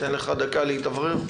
ניתן לך דקה להתאוורר.